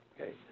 Okay